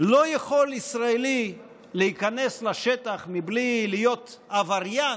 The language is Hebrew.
לא יכול ישראלי להיכנס לשטח מבלי להיות עבריין,